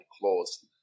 clause